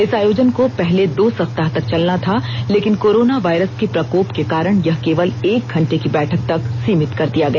इस आयोजन को पहले दो सप्ताह तक चलना था लेकिन कोरोना वायरस के प्रकोप के कारण यह केवल एक घंटे की बैठक तक सीमित कर दिया गया